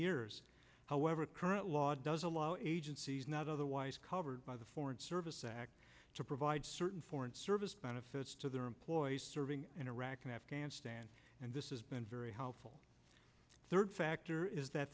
years however current law does allow agencies not otherwise covered by the foreign service act to provide certain foreign service benefits to their employees serving in iraq and afghanistan and this has been very helpful third factor is that